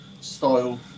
style